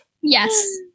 Yes